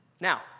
Now